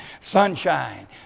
Sunshine